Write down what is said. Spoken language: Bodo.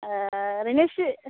ओ ओरैनो इसे